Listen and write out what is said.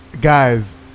guys